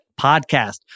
podcast